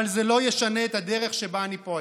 אבל זה לא ישנה את הדרך שבה אני פועל.